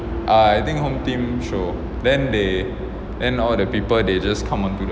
I think home team show then they then all the people they just come onto